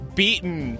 beaten